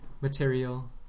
material